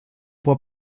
può